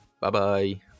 Bye-bye